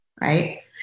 right